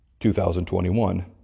2021